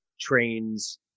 trains